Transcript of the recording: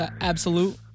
Absolute